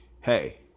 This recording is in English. hey